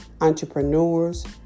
entrepreneurs